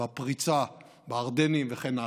הפריצה בארדנים וכן הלאה.